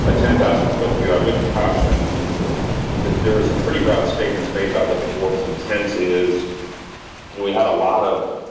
ah ten thousand foot view, i would caution that there was some pretty broad statements made about what the board's intent is. and you know we had a lot of,